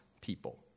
people